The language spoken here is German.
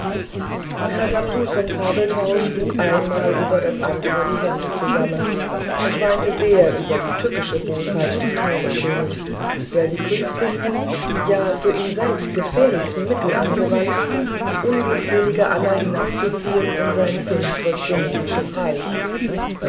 herr dapsul von zabelthau schlug ein mal über das andere die hände zusammen und weinte sehr über die tückische bosheit des gnomenkönigs der die künstlichsten ja für ihn selbst gefährlichsten mittel angewandt die unglückselige anna hinabzuziehen in sein finstres dämonisches reich